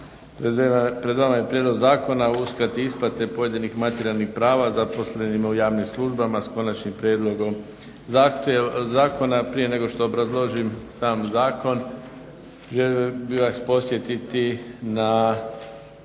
pred vama je prijedlog zakona o uskrati isplate pojedinih materijalnih prava zaposlenima u javnim službama s konačnim prijedlogom zakona prije nego što obrazložim sam zakon želio bih vas podsjetiti na